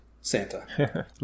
Santa